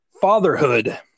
Fatherhood